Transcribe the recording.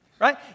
right